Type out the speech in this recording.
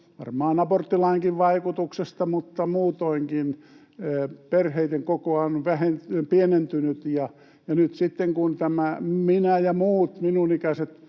varmaan aborttilainkin vaikutuksesta, mutta muutoinkin — perheiden koko on pienentynyt, ja nyt sitten, kun minä ja muut minun ikäiseni